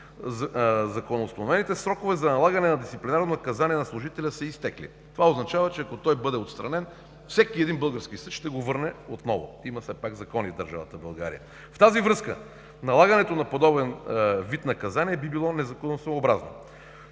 законоустановените срокове за налагане на дисциплинарно наказание на служителя са изтекли. Това означава, че ако той бъде отстранен, всеки един български съд ще го върне отново. Има си все пак закони в държавата България. В тази връзка налагането на подобен вид наказание, би било незаконосъобразно.